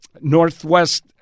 Northwest